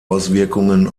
auswirkungen